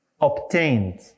obtained